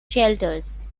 shelters